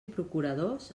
procuradors